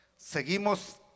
Seguimos